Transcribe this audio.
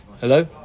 Hello